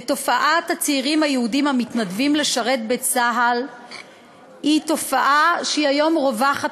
ותופעת הצעירים היהודים המתנדבים לשרת בצה"ל היא תופעה שהיא היום רווחת,